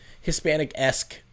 Hispanic-esque